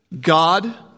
God